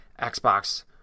Xbox